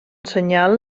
senyal